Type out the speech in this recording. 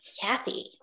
Kathy